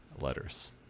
letters